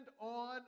on